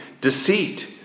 deceit